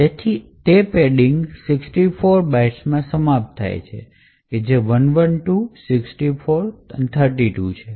તેથી તે પેડિંગના 64 બાઇટ્સમાં સમાપ્ત થાય છે જે 112 64 32 છે